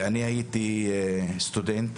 ואני הייתי סטודנט,